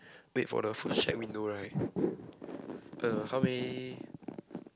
wait for the food shack window right uh how many